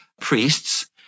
priests